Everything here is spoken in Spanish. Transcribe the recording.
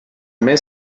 mes